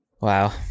Wow